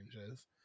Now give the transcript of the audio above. changes